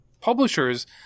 publishers